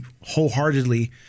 wholeheartedly